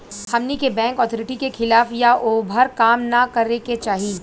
हमनी के bank authority के खिलाफ या ओभर काम न करे के चाही